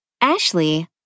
Ashley